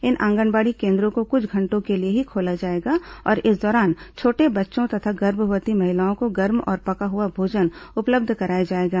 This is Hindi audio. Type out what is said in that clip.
इन आंगनबाड़ी केन्द्रों को कुछ घंटों के लिए ही खोला जाएगा और इस दौरान छोटे बच्चों तथा गर्भवती महिलाओं को गर्म और पका हुआ भोजन उपलब्ध कराया जाएगा